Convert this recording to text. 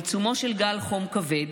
בעיצומו של גל חום כבד,